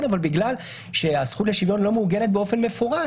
אבל בכלל שהזכות לשוויון לא מעוגנת באופן מפורש,